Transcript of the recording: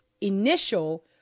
initial